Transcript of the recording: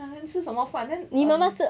then 吃什么饭 then um